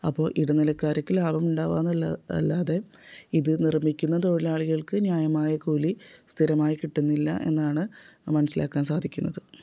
അപ്പോൾ ഇടനിലക്കാർക്ക് ലാഭം ഉണ്ടാകുക എന്നല്ലാ അല്ലാതെ ഇത് നിർമ്മിക്കുന്ന തൊഴിലാളികൾക്ക് ന്യായമായ കൂലി സ്ഥിരമായി കിട്ടുന്നില്ലാ എന്നാണ് മനസ്സിലാക്കാൻ സാധിക്കുന്നത്